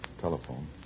telephone